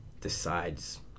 decides